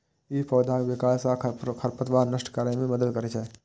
ई पौधाक विकास आ खरपतवार नष्ट करै मे मदति करै छै